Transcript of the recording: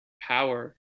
power